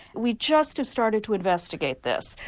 we just have started to investigate this.